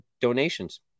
donations